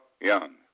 Young